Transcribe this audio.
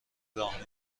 راه